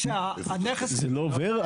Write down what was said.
זה לא עובר?